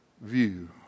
view